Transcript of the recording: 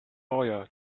lawyer